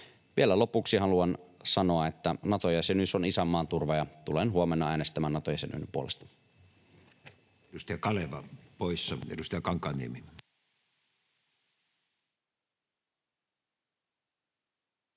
Vielä lopuksi haluan sanoa, että Nato-jäsenyys on isänmaan turva, ja tulen huomenna äänestämään Nato-jäsenyyden puolesta.